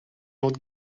autre